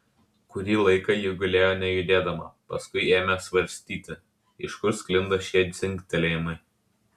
kurį laiką ji gulėjo nejudėdama paskui ėmė svarstyti iš kur sklinda šie dzingtelėjimai